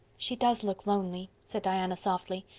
she does look lonely, said diana softly.